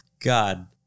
God